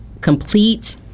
complete